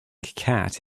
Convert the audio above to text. cat